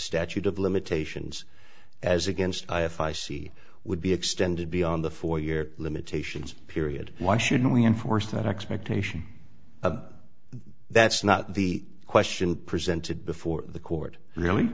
statute of limitations as against i if i see would be extended beyond the four year limitations period why should we enforce that expectation that's not the question presented before the court really